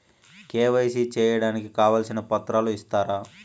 KYC సేయడానికి కావాల్సిన పత్రాలు ఇస్తారా?